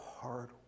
hard